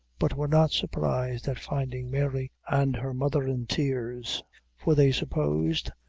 but were not surprised at finding mary and her mother in tears for they supposed,